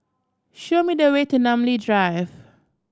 show me the way to Namly Drive